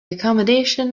accommodation